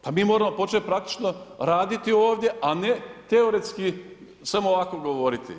Pa mi moramo praktično raditi ovdje, a ne teoretski samo ovako govoriti.